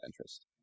interest